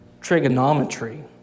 trigonometry